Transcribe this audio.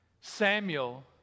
Samuel